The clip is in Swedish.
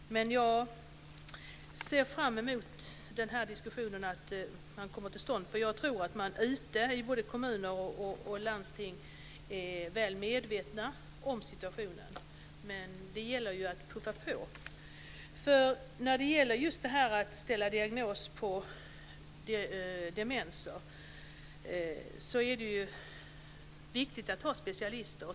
Jag ser fram emot att den här diskussionen kommer till stånd, för jag tror att man ute i både kommuner och landsting är väl medveten om situationen, men det gäller att puffa på. När det gäller att ställa diagnos på demenser är det viktigt att ha specialister.